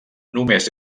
només